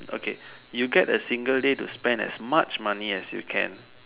okay you get a second day to spend as much money as you can